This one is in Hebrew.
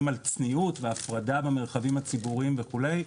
על צניעות והפרדה במרחבים הציבוריים וכולי,